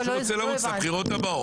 מישהו רוצה לרוץ לבחירות הבאות,